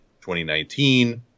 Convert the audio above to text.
2019